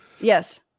Yes